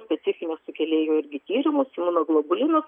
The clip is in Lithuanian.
specifinių sukėlėjų irgi tyrimus imunoglobulinus